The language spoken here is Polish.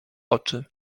oczy